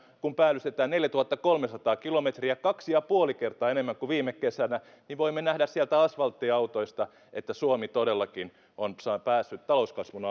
kun päällystetään neljätuhattakolmesataa kilometriä kaksi pilkku viisi kertaa enemmän kuin viime kesänä voimme nähdä sieltä asfalttiautoista että suomi todellakin on päässyt talouskasvun